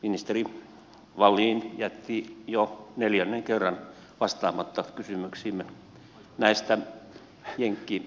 ministeri wallin jätti jo neljännen kerran vastaamatta kysymyksiimme näistä jenkkiohjuksista